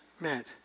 met